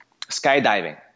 skydiving